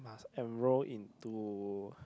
enroll into